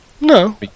No